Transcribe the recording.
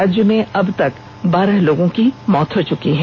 राज्य में अबतक बारह लोगों की मौत हो चुकी है